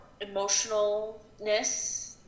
emotionalness